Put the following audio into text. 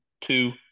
Two